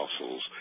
muscles